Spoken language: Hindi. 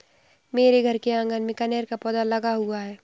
मेरे घर के आँगन में कनेर का पौधा लगा हुआ है